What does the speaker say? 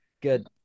Good